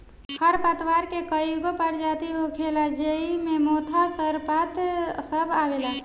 खर पतवार के कई गो परजाती होखेला ज़ेइ मे मोथा, सरपत सब आवेला